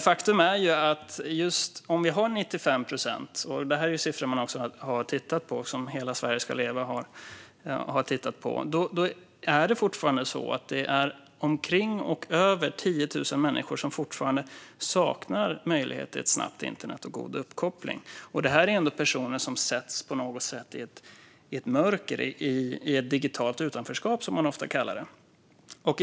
Faktum är att om vi har 95 procent - detta är också siffror som Hela Sverige ska leva har tittat på - är det fortfarande omkring 10 000 människor som saknar möjlighet till ett snabbt internet och god uppkoppling. Detta är personer som på något vis sätts i ett mörker - i ett digitalt utanförskap, som man ofta kallar det.